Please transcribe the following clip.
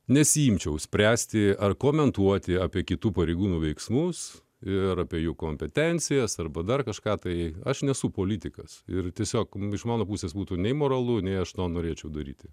nesiimčiau spręsti ar komentuoti apie kitų pareigūnų veiksmus ir apie jų kompetencijas arba dar kažką tai aš nesu politikas ir tiesiog iš mano pusės būtų nemoralu nei aš norėčiau daryti